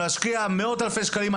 להשקיע מאות אלפי שקלים.